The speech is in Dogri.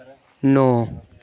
नौ